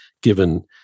given